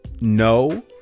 No